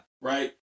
Right